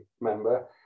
member